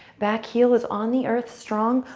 back heel is on the earth strong,